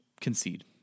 concede